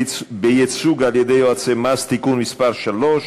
בייצוג על-ידי יועצי מס (תיקון מס' 3),